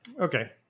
okay